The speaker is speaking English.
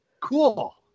Cool